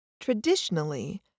Traditionally